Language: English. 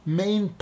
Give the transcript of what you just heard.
main